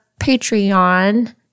Patreon